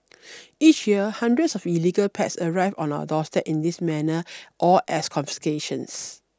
each year hundreds of illegal pets arrive on our doorstep in this manner or as confiscations